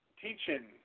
teaching